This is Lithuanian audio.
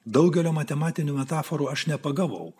daugelio matematinių metaforų aš nepagavau